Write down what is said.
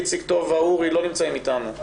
איציק, טובה, אורי לא נמצאים אתנו.